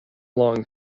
long